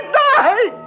die